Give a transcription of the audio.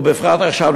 ובפרט עכשיו,